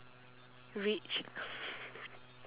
rich